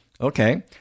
Okay